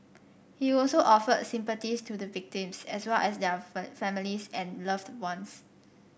he also offered sympathies to the victims as well as their families and loved ones